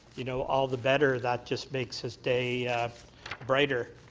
you know, all the better that just makes this day brighter.